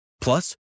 Plus